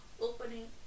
opening